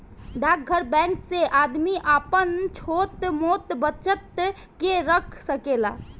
डाकघर बैंक से आदमी आपन छोट मोट बचत के रख सकेला